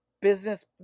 business